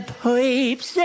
pipes